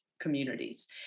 communities